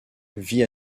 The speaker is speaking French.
vit